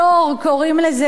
קוראים לזה פטור,